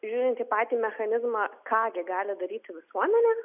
žiūrint į patį mechanizmą ką gi gali daryti visuomenė